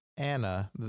Anna